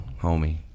homie